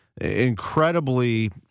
incredibly